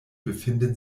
befinden